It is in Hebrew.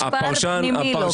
מספר פנימי הוא לא קיבל.